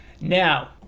Now